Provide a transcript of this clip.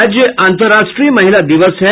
आज अंतरराष्ट्रीय महिला दिवस है